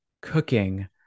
cooking